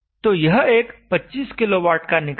तो यह एक 25 kW का निकाय है